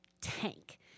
tank